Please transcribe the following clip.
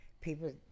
people